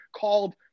called